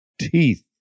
teeth